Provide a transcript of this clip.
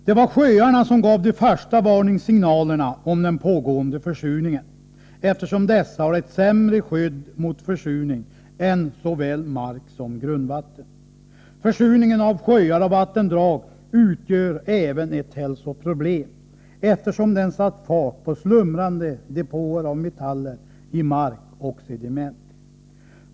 Det var sjöarna som gav de första varningssignalerna om den pågående försurningen, eftersom dessa har ett sämre skydd mot försurning än både mark och grundvatten. Försurningen av sjöar och vattendrag utgör även ett hälsoproblem, eftersom den satt fart på slumrande depåer av metaller i mark och sediment.